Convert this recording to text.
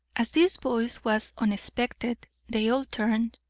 as this voice was unexpected, they all turned.